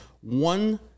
One